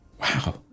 Wow